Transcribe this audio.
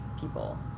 people